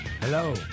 Hello